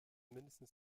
mindestens